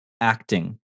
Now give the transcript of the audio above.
acting